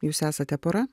jūs esate pora